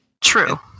True